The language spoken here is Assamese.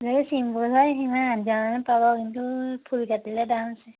যদি চিম্পুল হয় আঠ হেজাৰমানত পাব কিন্তু ফুল কাটিলে দাম আছে